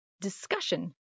discussion